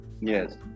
Yes